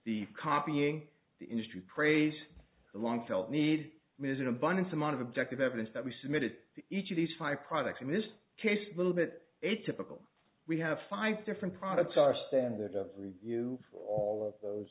the copying the industry praise the long felt need ms in abundance amount of objective evidence that we submitted to each of these five products in this case little bit atypical we have five different products our standard of review all of those